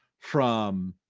from